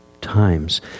times